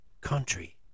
country